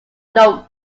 note